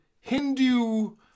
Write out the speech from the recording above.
Hindu